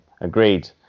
Agreed